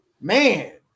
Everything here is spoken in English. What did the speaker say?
man